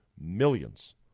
millions